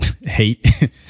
hate